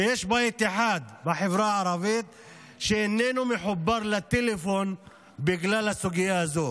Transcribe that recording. שיש בית אחד בחברה הערבית שאיננו מחובר לטלפון בגלל הסוגיה הזאת.